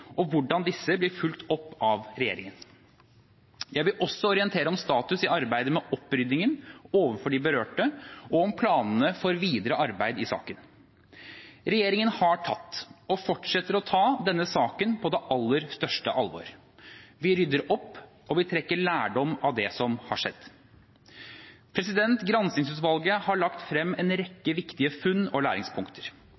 og hvordan disse blir fulgt opp av regjeringen. Jeg vil også orientere om status i arbeidet med oppryddingen overfor de berørte og om planene for videre arbeid i saken. Regjeringen har tatt – og fortsetter å ta – denne saken på det aller største alvor. Vi rydder opp, og vi trekker lærdom av det som har skjedd. Granskingsutvalget har lagt frem en